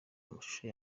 amashusho